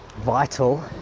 vital